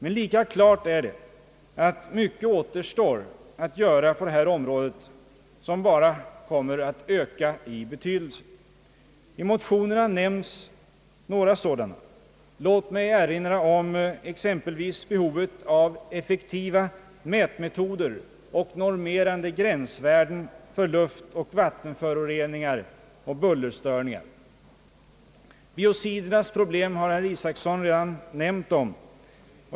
Men lika klart är att mycket återstår att göra på detta område, som bara kommer att öka i betydelse. I motionerna nämns några sådana. Låt mig erinra om exempelvis behovet av effektiva mätmetoder och normerande gränsvärden för luftoch vattenföroreningar och bullerstörningar. Biocidproblemet har herr Isacson redan nämnt om.